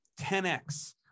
10X